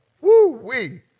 Woo-wee